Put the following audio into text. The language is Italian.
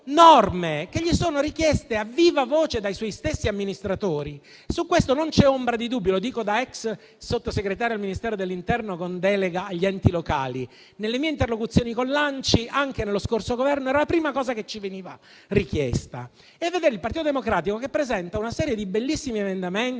che gli sono richieste a vivavoce dai suoi stessi amministratori. Su questo non c'è ombra di dubbio, lo dico da ex Sottosegretario al Ministero dell'interno con delega agli enti locali: nelle mie interlocuzioni con l'Associazione nazionale Comuni italiani (ANCI), anche nello scorso Governo, era la prima cosa che ci veniva richiesta. Vedere il Partito Democratico presentare una serie di bellissimi emendamenti